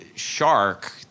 Shark